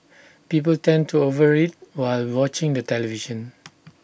people tend to over eat while watching the television